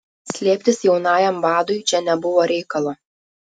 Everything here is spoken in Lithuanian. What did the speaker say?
slėptis jaunajam vadui čia nebuvo reikalo